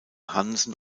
hansen